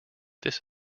this